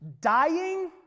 Dying